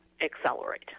accelerate